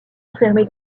enfermés